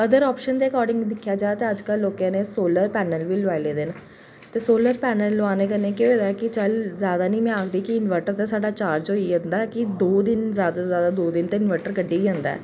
other option दे according दिक्खेआ जा तां लोकें अजकल सोलर पैनल बी लोआई लै दे न ते सोलर पैनल लोआनै कन्नै केह् होया के चल जादै निं में आक्खदी इनवर्टर ते साढ़ा चार्ज होई जंदा की दौ दिन जादै कोला जादै दौ दिन इनवर्टर कड्ढी जंदा